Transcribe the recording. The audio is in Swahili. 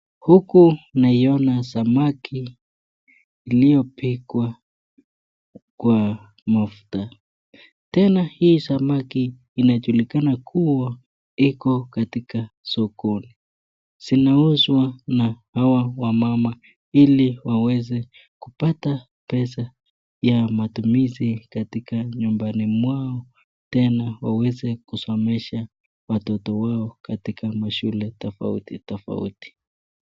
Huku naiona samaki iliyopikwa kwa mafuta tena hii samaki inajulikana kuwa iko katika sokoni zinauzwa na hawa wamama ili waweze kupata pesa ya matumizi katika nyumbani mwao tena waweze kusomesha watoto wao katika mashule tofauti tofauti.